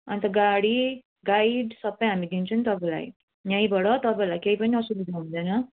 अन्त गाडी गाइड सबै हामी दिन्छौँ नि तपाईँलाई यहीँबाट तपाईँहरूलाई केही पनि असुविधा हुँदैन